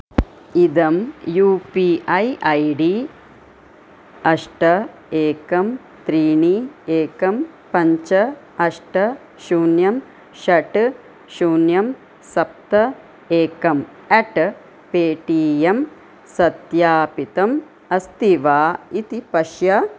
इदं U P I I D अष्ट एकं त्रीणि एकम् पञ्च अष्ट शून्यम् षट् शून्यम् सप्त एकम् अट् पेटिएम् सत्यापितम् अस्ति वा इति पश्य